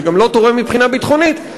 וגם לא תורם מבחינה ביטחונית,